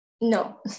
no